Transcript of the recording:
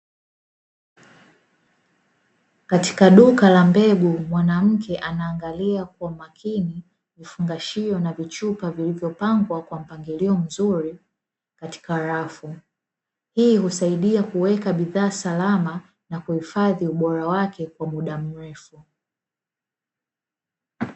Katika duka la mbegu mwanamke anaangalia kwa makini vifungashio na vichupa vilivyopangwa kwa mpangilio mzuri katika rafu, hii husaidia kuweka bidhaa salama na kuhifadhi ubora wake kwa muda mrefu.